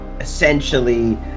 essentially